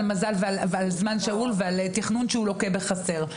מזל ועל זמן שאול ועל תכנון לוקה בחסר.